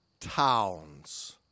towns